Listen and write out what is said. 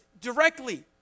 directly